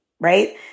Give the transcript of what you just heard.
right